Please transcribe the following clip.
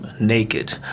naked